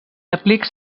aplics